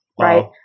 Right